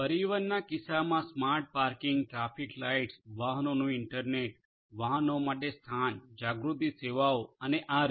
પરિવહનના કિસ્સામાં smart parking traffic lights વાહનોનું ઇન્ટરનેટ વાહનો માટે સ્થાન જાગૃતિ સેવાઓ અને આ રીતે